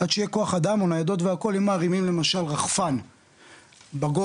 אם מרימים למשל רחפן בגובה,